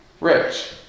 rich